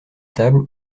table